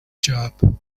job